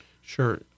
Sure